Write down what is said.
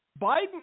Biden